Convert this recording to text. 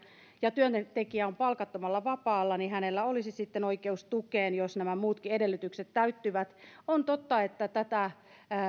ja työntekijä on palkattomalla vapaalla niin hänellä olisi sitten oikeus tukeen jos nämä muut edellytykset täyttyvät on totta että